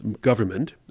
government